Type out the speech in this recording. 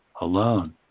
alone